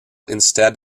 instead